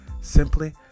simply